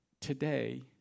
today